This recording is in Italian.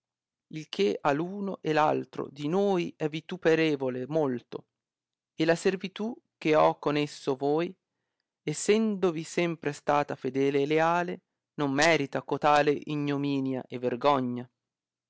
che a uno e l altro di noi è vituperevole mollo e la servitù che ho con esso voi essendovi sempre stata fedele e leale non merita cotale ignominia e vergogna